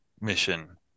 mission